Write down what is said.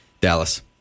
Dallas